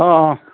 অ অ